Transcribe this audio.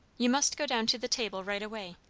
you must go down to the table right away.